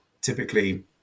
typically